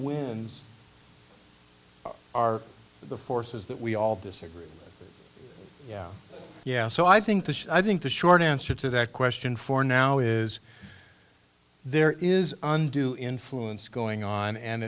wins are the forces that we all disagree yeah so i think the i think the short answer to that question for now is there is undue influence going on and